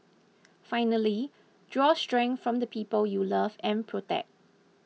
finally draw strength from the people you love and protect